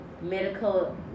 medical